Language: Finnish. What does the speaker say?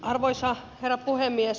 arvoisa herra puhemies